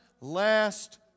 last